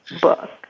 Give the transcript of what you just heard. book